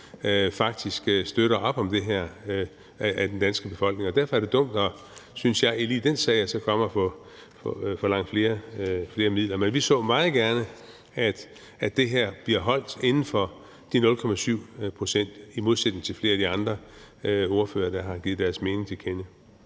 faktisk støtter op om det her i den danske befolkning, og derfor er det dumt, synes jeg, lige i den her sag at komme og forlange flere midler. Men vi ser meget gerne, at det her bliver holdt inden for de 0,7 pct., i modsætning til flere af de andre ordførere, der har givet deres mening til kende.